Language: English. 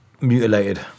mutilated